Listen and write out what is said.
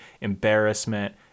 embarrassment